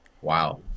Wow